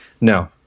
No